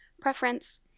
preference